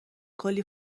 کلی